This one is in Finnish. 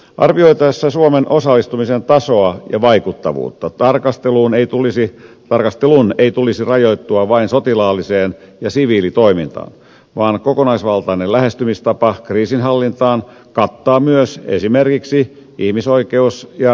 arvioitaessa suomen osallistumisen tasoa ja vaikuttavuutta tarkastelun ei tulisi rajoittua vain sotilaalliseen ja siviilitoimintaan vaan kokonaisvaltainen lähestymistapa kriisinhallintaan kattaa myös esimerkiksi ihmisoikeus ja rauhanvälitystoiminnan